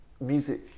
music